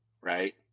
right